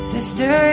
Sister